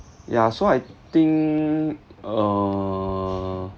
ya so I think uh